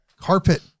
Carpet